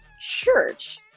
CHURCH